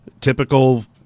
typical